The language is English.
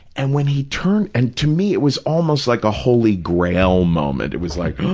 and when he turned, and to me it was almost like a holy grail moment. it was like,